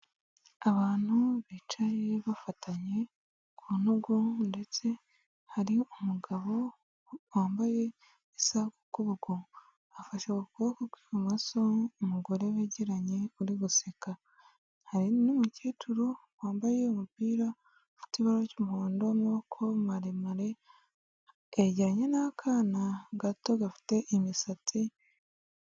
Abantu bicaye bafatanye ku ntugu, ndetse hari umugabo wambaye isaha ku kuboko. Afashe k'ukuboko kw'ibumoso umugore begeranye uri guseka. Hari n'umukecuru wambaye umupira ufite ibara ry'umuhondo w'amaboko maremare yegeranye n'akana gato gafite imisatsi.